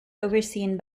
overseen